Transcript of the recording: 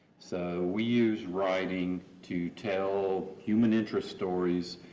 so, we use writing to tell human interest stories,